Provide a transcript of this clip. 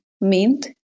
mint